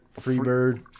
Freebird